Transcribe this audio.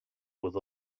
with